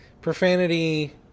Profanity